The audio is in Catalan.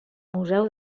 museu